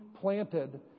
planted